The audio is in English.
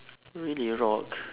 really rock